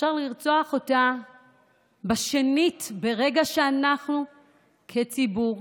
אפשר לרצוח אותה שנית ברגע שאנחנו כציבור,